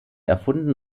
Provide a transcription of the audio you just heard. erfunden